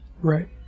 Right